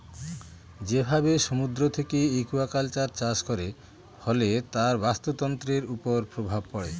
যেভাবে সমুদ্র থেকে একুয়াকালচার চাষ করে, ফলে তার বাস্তুতন্ত্রের উপর প্রভাব পড়ে